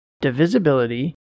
divisibility